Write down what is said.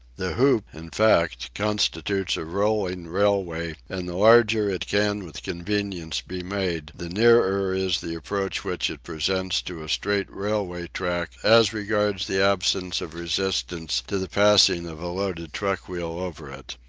the hoop, in fact, constitutes a rolling railway, and the larger it can with convenience be made, the nearer is the approach which it presents to a straight railway track as regards the absence of resistance to the passing of a loaded truck-wheel over it.